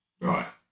right